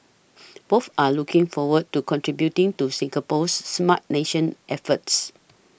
both are looking forward to contributing to Singapore's Smart Nation efforts